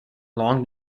long